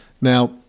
Now